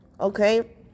Okay